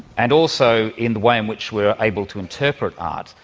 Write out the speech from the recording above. and also in the way in which we are able to interpret art.